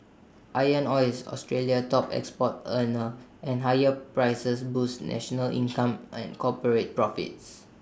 iron ore is Australia's top export earner and higher prices boosts national income and corporate profits